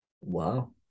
Wow